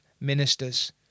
ministers